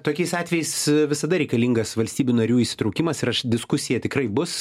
tokiais atvejais visada reikalingas valstybių narių įsitraukimas ir aš diskusija tikrai bus